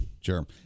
sure